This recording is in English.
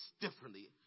differently